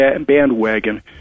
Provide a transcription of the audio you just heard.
bandwagon